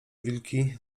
wilki